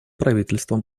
правительством